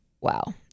wow